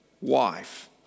wife